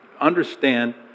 understand